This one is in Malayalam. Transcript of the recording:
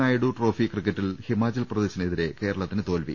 നായിഡു ട്രോഫി ക്രിക്കറ്റിൽ ഹിമാചൽ പ്രദേശിനെതിരെ കേരളത്തിന് തോൽവി